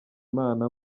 imana